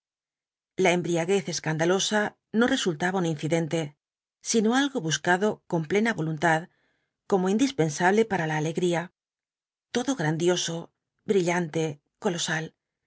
la embriaguez escandalosa no resultaba un incidente sino algo buscado con plena voluntad como indispensable para la alegría todo grandioso brillante colosal